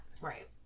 Right